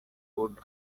would